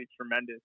tremendous